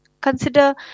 consider